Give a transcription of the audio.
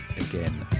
again